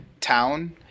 town